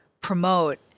promote